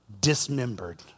dismembered